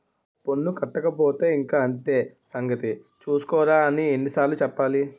పన్ను కట్టకపోతే ఇంక అంతే సంగతి చూస్కోరా అని ఎన్ని సార్లు చెప్పాలి